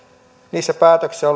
niissä päätöksissä